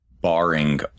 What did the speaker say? barring